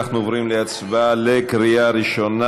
אנחנו עוברים להצבעה בקריאה ראשונה.